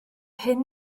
hyn